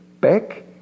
back